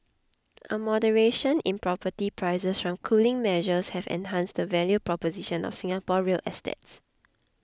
a moderation in property prices from cooling measures have enhanced the value proposition of Singapore real estates